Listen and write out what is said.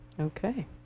Okay